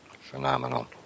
Phenomenal